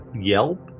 yelp